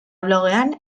blogean